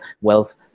wealth